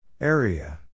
Area